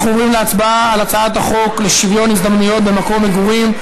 אנחנו עוברים להצבעה על הצעת החוק לשוויון הזדמנויות במקום מגורים,